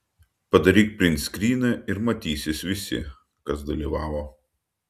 padaryk printskryną ir matysis visi kas dalyvavo